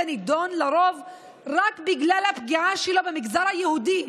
נדון לרוב רק בגלל הפגיעה שלו במגזר היהודי.